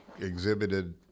exhibited